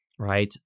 Right